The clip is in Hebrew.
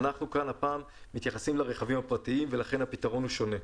הפעם אנחנו מתייחסים לרכבים הפרטיים ולכן הפתרון שונה.